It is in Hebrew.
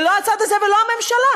ולא הצד הזה ולא הממשלה,